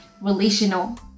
relational